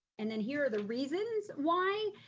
and then here are the reasons why.